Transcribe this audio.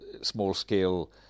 small-scale